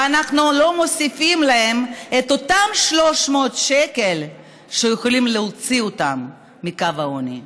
ואנחנו לא מוסיפים להם את אותם 300 שקל שיכולים להוציא אותם מקו העוני.